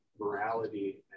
morality